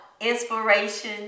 inspiration